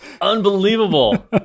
Unbelievable